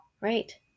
right